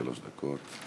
שלוש דקות.